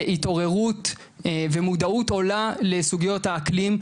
להתעוררות ומודעות עולה לסוגיות האקלים,